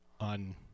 on